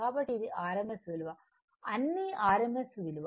కాబట్టి ఇది rms విలువ అన్నీ rms విలువ